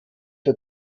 der